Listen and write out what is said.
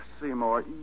Seymour